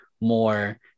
more